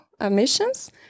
emissions